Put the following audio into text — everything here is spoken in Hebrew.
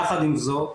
יחד עם זאת,